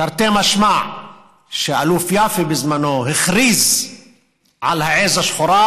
תרתי משמע, שהאלוף יפה בזמנו הכריז על העז השחורה,